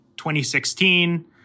2016